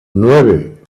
nueve